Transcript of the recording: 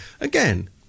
Again